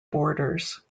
borders